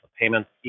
payments